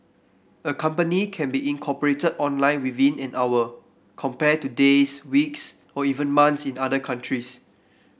a company can be incorporated online within an hour compared to days weeks or even months in other countries